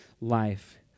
life